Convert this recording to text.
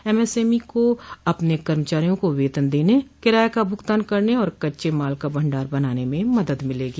MSME को अपने कर्मचारियों को वेतन देने किराए का भुगतान करने और कच्चे माल का भंडार बनाने में मदद मिलेगी